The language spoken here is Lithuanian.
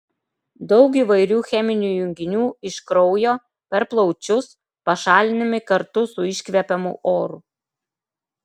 daug įvairių cheminių junginių iš kraujo per plaučius pašalinami kartu su iškvepiamu oru